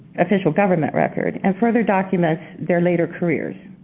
official government record, and further documents their later careers.